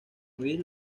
luis